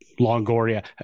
Longoria